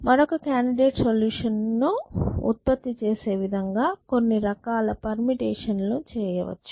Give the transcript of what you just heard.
మరొక candidate solution లను ఉత్పత్తి చేసే విధంగా కొన్ని రకాల పెర్ముటేషన్ లు చేయవచ్చు